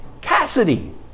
Cassidy